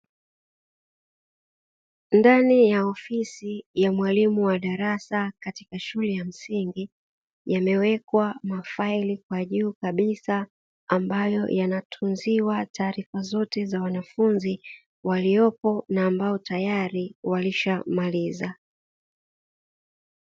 Ndani ya ofisi ya mwalimu wa darasa katika shule ya msingi yamewekwa mafaili kwa juu kabisa ambayo yanatunziwa taarifa zote za wanafunzi waliopo na ambao tayari walishamaliza.